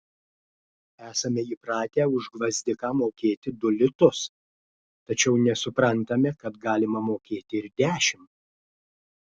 esame įpratę už gvazdiką mokėti du litus tačiau nesuprantame kad galima mokėti ir dešimt